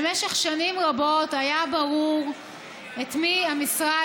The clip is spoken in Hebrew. במשך שנים רבות היה ברור את מי המשרד,